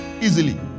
easily